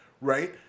right